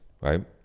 right